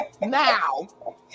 now